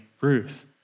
Ruth